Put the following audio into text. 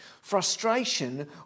Frustration